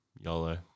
Yolo